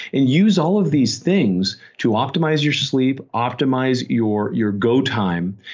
and use all of these things to optimize your sleep optimize your your go time,